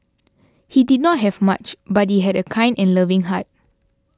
he did not have much but he had a kind and loving heart